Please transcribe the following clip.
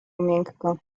miękko